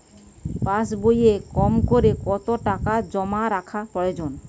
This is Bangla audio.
পাশবইয়ে কমকরে কত টাকা জমা রাখা প্রয়োজন?